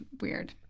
weird